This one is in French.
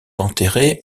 enterrés